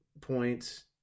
points